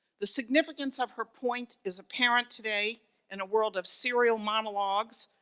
the significance of her point is apparent today in a world of serial monologues,